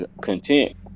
content